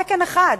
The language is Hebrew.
תקן אחד,